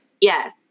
Yes